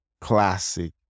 classic